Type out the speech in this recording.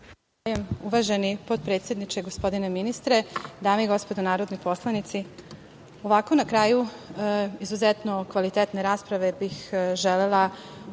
potpredsedniče, gospodine ministre, dame i gospodo narodni poslanici, na kraju izuzetno kvalitetne rasprave bih želela u ime